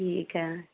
ठीक ऐ